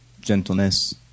gentleness